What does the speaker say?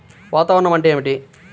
వాతావరణం అంటే ఏమిటి?